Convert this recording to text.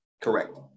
Correct